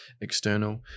external